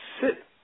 sit